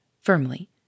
firmly